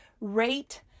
rate